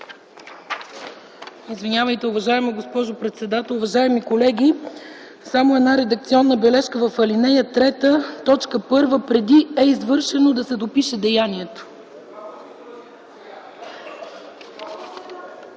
Извинявайте, госпожо председател, уважаеми колеги. Само една редакционна бележка в ал. 3, т. 1 преди „е извършено” да се допише „деянието”.